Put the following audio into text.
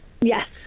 Yes